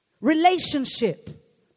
Relationship